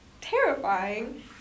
terrifying